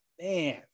man